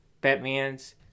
Batman's